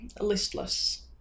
listless